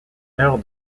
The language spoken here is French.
heure